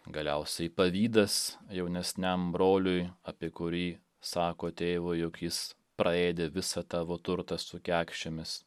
galiausiai pavydas jaunesniam broliui apie kurį sako tėvui jog jis praėdė visą tavo turtą su kekšėmis